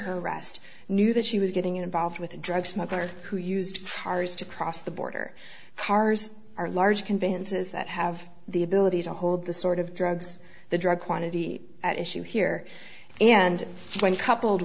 arrest knew that she was getting involved with a drug smuggler who used cars to cross the border cars are large conveyances that have the ability to hold the sort of drugs the drug quantity at issue here and when coupled